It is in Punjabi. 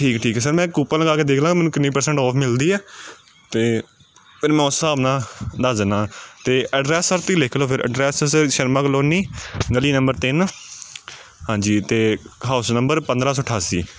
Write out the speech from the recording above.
ਠੀਕ ਠੀਕ ਸਰ ਮੈਂ ਕੂਪਨ ਲਗਾ ਕੇ ਦੇਖ ਲਾ ਮੈਨੂੰ ਕਿੰਨੀ ਪਰਸੈਂਟ ਔਫ ਮਿਲਦੀ ਹੈ ਅਤੇ ਫਿਰ ਮੈਂ ਉਸ ਹਿਸਾਬ ਨਾਲ ਦੱਸ ਦਿੰਦਾ ਅਤੇ ਐਡਰੈਸ ਸਰ ਤੁਸੀਂ ਲਿਖ ਲਉ ਫਿਰ ਐਡਰੈਸ ਸਰ ਸ਼ਰਮਾ ਕਲੋਨੀ ਗਲੀ ਨੰਬਰ ਤਿੰਨ ਹਾਂਜੀ ਅਤੇ ਹਾਊਸ ਨੰਬਰ ਪੰਦਰ੍ਹਾਂ ਸੌ ਅਠਾਸੀ